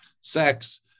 sex